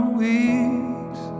weeks